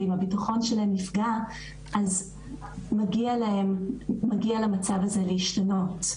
ואם הביטחון שלהם נפגע אז מגיע למצב הזה להשתנות.